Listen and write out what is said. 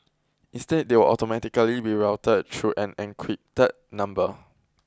instead they will automatically be routed through an encrypted number